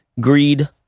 greed